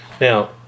Now